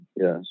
yes